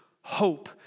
hope